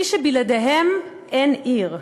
מי שבלעדיהם אין עיר,